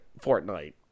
Fortnite